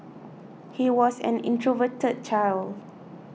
he was an introverted child